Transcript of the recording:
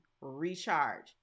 recharge